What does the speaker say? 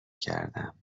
کردم